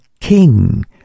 king